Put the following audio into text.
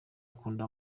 akunda